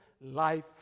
life